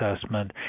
assessment